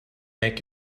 make